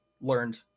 learned